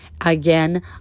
again